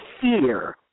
fear